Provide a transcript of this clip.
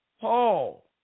Paul